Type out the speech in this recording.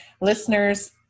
listeners